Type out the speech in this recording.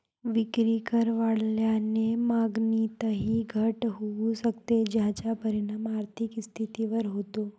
विक्रीकर वाढल्याने मागणीतही घट होऊ शकते, ज्याचा परिणाम आर्थिक स्थितीवर होतो